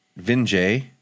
Vinjay